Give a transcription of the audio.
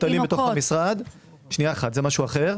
זה משהו אחר.